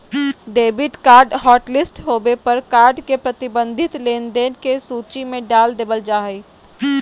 debit card hotlist होबे पर card के प्रतिबंधित लेनदेन के सूची में डाल देबल जा हय